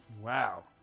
Wow